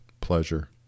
pleasure